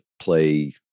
play